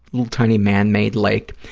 little tiny manmade lake,